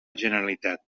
generalitat